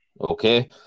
Okay